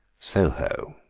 soho.